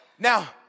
Now